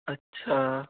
اچھا